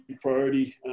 priority